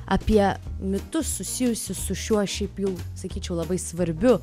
apie mitus susijusius su šiuo šiaip jau sakyčiau labai svarbiu